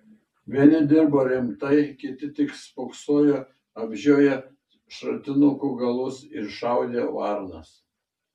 vieni dirbo rimtai kiti tik spoksojo apžioję šratinukų galus ir šaudė varnas